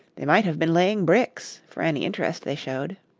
they might have been laying bricks, for any interest they showed.